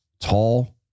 tall